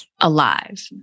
alive